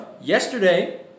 Yesterday